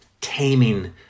taming